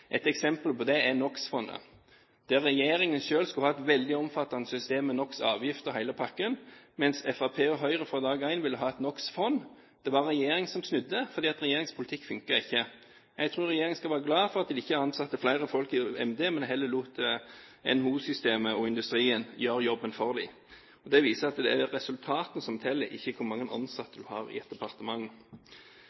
Et eksempel på det er NOx-fondet, der regjeringen selv skal ha et veldig omfattende system med NOx-avgifter og hele pakken, mens Fremskrittspartiet og Høyre fra dag én ville ha et NOx-fond. Det var regjeringen som snudde, fordi regjeringens politikk ikke funker. Jeg tror regjeringen skal være glad for at de ikke ansatte flere folk i MD, men heller lot NHO-systemet og industrien gjøre jobben for dem. Det viser at det er resultatet som teller, ikke hvor mange